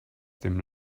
dem